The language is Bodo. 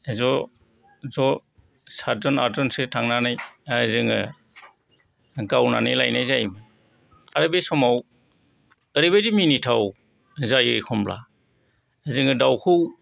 ज' ज' सातज'न आदज'नसो थांनानै जोङो गावनानै लायनाय जायोमोन आरो बे समाव ओरैबायदि मिनिथाव जायो एखनब्ला जोङो दाउखौ